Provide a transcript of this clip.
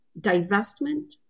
divestment